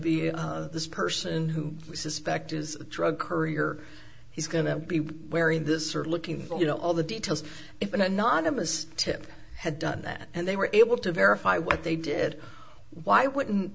be this person who we suspect is drug courier he's going to be wearing this or looking you know all the details if an anonymous tip had done that and they were able to verify what they did why wouldn't